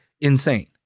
insane